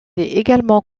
également